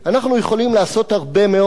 אנחנו יכולים לעשות הרבה מאוד.